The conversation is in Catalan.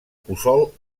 puçol